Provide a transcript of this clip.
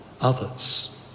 others